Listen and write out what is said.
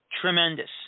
tremendous